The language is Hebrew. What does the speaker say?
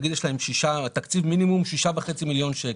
נגיד יש להם תקציב מינימום, 6.5 מיליון שקל.